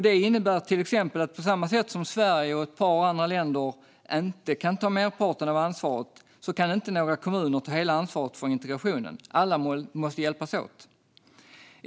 Det innebär till exempel att på samma sätt som Sverige och ett par andra länder inte kan ta merparten av ansvaret kan inte några kommuner ta hela ansvaret för integrationen. Alla måste hjälpas åt.